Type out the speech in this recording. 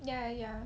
ya ya ya